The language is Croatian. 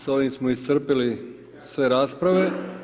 S ovim smo iscrpili sve rasprave.